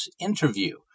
interview